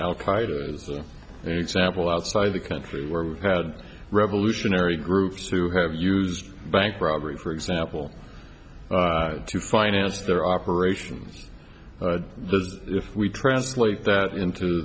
an example outside the country where we've had revolutionary groups who have used bank robbery for example to finance their operations because if we translate that into